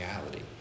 reality